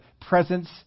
presence